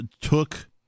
took